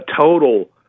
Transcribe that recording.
total